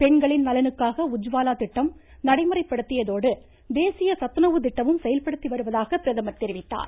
பெண்களின் நலனுக்காக உஜ்வாலா திட்டம் நடைமுறைபடுத்தியதோடு தேசிய சத்துணவு திட்டமும் செயல்படுத்தி வருவதாக பிரதமர் தெரிவித்தார்